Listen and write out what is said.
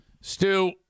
Stu